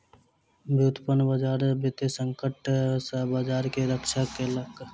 व्युत्पन्न बजार वित्तीय संकट सॅ बजार के रक्षा केलक